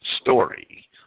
story